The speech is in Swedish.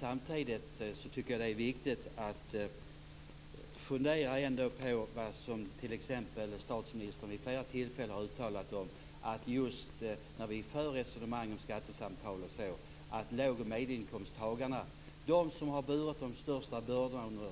Samtidigt tycker jag att det är viktigt att fundera på det som t.ex. statsministern vid flera tillfällen har uttalat: När vi för resonemang om skattesamtal osv. är det låg och medelinkomsttagarna, de som har burit de största bördorna under